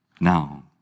now